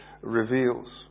reveals